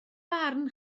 barn